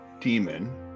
demon